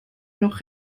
noch